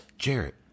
Jarrett